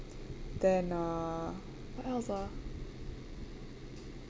then uh what else ah